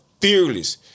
Fearless